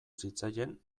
zitzaien